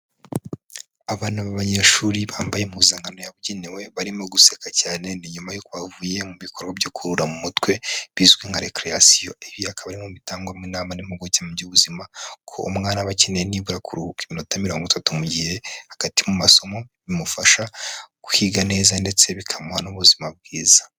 Abana b'abanyeshuri bambaye impuzankano yabugenewe barimo guseka cyane, ni nyuma y'uko bavuye mu bikorwa byo kuruhura mu mutwe bizwi nka rekereyasiyo, ibi akaba ari bimwe mu bitangwamo inama n'impuguke mu by'ubuzima ko umwana aba akeneye nibura kuruhuka iminota mirongo itatu, mu gihe hagati mu masomo bimufasha kwiga neza ndetse bikamuha n'ubuzima bwiza.